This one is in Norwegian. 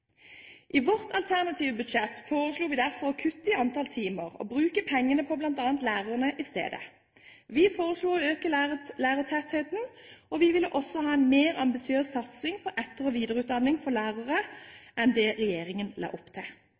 I vårt alternative budsjett foreslo vi derfor å kutte i antall timer og bruke pengene på bl.a. lærerne i stedet. Vi foreslo å øke lærertettheten, og vi ville også ha en mer ambisiøs satsing på etter- og videreutdanning for lærere enn det regjeringen la opp til.